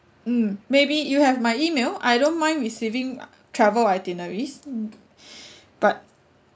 mm maybe you have my email I don't mind receiving travel itineraries but